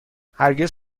هرگز